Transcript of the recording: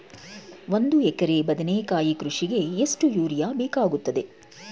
ಒಂದು ಎಕರೆ ಬದನೆಕಾಯಿ ಕೃಷಿಗೆ ಎಷ್ಟು ಯೂರಿಯಾ ಬೇಕಾಗುತ್ತದೆ?